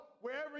wherever